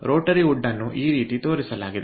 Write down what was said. Rotary hood ಅನ್ನು ಈ ರೀತಿ ತೋರಿಸಲಾಗಿದೆ